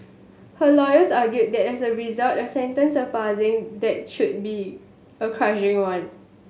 her lawyers argued that as a result a sentence surpassing that should be a crushing one